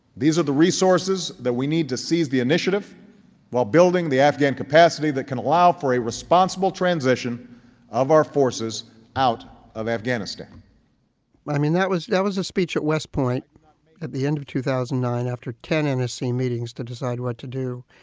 these are the resources that we need to seize the initiative while building the afghan capacity that can allow for a responsible transition of our forces out of afghanistan i mean, that was that was a speech at west point at the end of two thousand and nine after ten and nsc meetings to decide what to do.